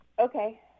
Okay